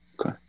Okay